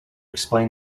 explain